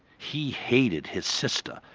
he hated his sister.